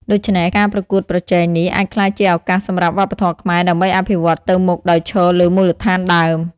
ដូច្នេះ ការប្រកួតប្រជែងនេះអាចក្លាយជាឱកាសសម្រាប់វប្បធម៌ខ្មែរដើម្បីអភិវឌ្ឍទៅមុខដោយឈរលើមូលដ្ឋានដើម។